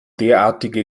derartige